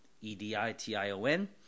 E-D-I-T-I-O-N